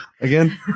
again